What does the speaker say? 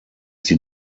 sie